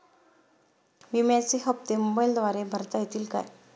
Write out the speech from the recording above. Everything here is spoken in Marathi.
विम्याचे हप्ते मोबाइलद्वारे भरता येतील का?